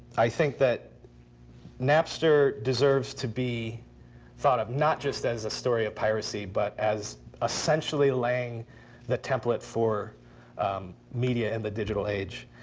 i think that napster deserves to be thought of not just as a story of piracy but as essentially laying the template for media in the digital age,